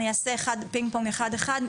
אני אעשה פינג-פונג אחד אחד.